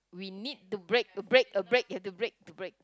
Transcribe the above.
we need to break a break a break you have to break to break